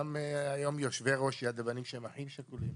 ישנם היום יושבי ראש יד לבנים שהם אחים שכולים.